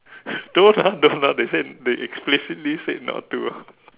don't ah don't ah they said they explicitly said not to ah